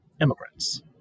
immigrants